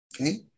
Okay